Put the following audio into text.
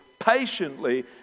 patiently